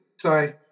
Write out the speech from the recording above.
sorry